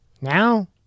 Now